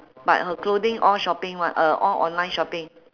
but her clothing all shopping [one] ah all online shopping